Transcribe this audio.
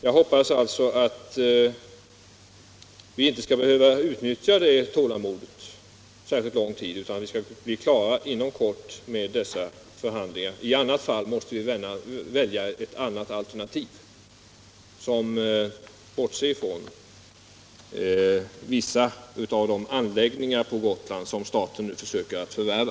Jag hoppas att vi inte skall behöva utnyttja det tålamodet särskilt lång tid utan att vi är klara inom kort med dessa förhandlingar, för annars måste vi välja ett annat alternativ, som bortser från vissa av de anläggningar på Gotland som staten nu försöker förvärva.